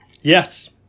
Yes